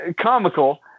Comical